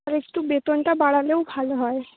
আর একটু বেতনটা বাড়ালেও ভালো হয়